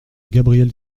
gabriel